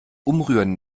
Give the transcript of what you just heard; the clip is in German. umrühren